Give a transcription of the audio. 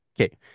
Okay